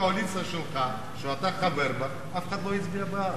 הקואליציה שלך, שאתה חבר בה, אף אחד לא הצביע בעד.